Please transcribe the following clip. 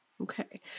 Okay